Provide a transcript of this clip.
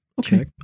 Okay